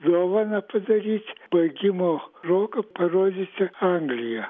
dovaną padaryt baigimo proga parodyti angliją